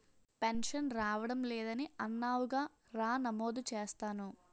pension రావడం లేదని అన్నావుగా రా నమోదు చేస్తాను